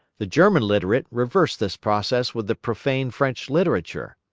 the german literate reversed this process with the profane french literature.